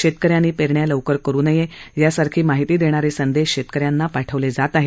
शेतकऱ्यांनी पेरण्या लवकर करू नयेत यांसारखी माहिती देणारे संदेश शेतकऱ्यांना पाठवले जात आहेत